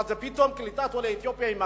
מה זה, פתאום קליטת עולי אתיופיה היא מצוינת,